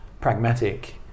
pragmatic